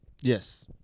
Yes